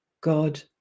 God